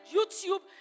YouTube